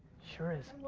sure is.